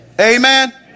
Amen